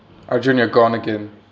arjun you're gone again